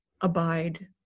abide